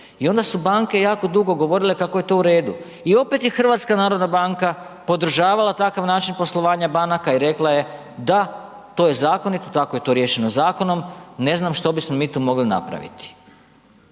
I onda su banke jako dugo govorile kako je to u redu i opet je HNB podržavala takav način poslovanja banaka i rekla je da, to je zakonito, tako je to riješeno zakonom ne znam što bismo mi tu mogli napraviti.